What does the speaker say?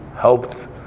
helped